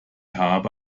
habe